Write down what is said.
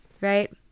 Right